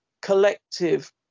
collective